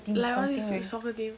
like what is it soccer team